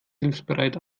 hilfsbereit